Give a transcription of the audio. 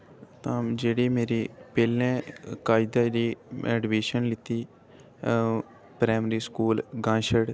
जेह्ड़ी मेरी पैह्ले कायदे दी अडमीशन लैती प्राइमरी स्कूल गांछड़